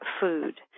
food